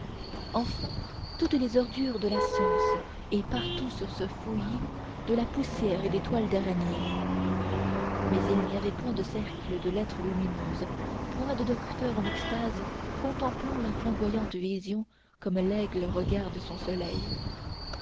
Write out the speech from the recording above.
enfin toutes les ordures de la science et partout sur ce fouillis de la poussière et des toiles d'araignée mais il n'y avait point de cercle de lettres lumineuses point de docteur en extase contemplant la flamboyante vision comme l'aigle regarde son soleil